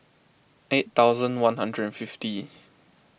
eight thousand one hundred and fifty